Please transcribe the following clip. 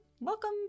welcome